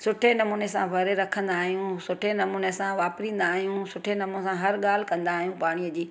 सुठे नमूने सां भरे रखंदा आहियूं सुठे नमूने सां वापरींदा आहियूं सुठे नमूने सां हर ॻाल्हि कंदा आहियूं पाणीअ जी